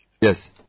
Yes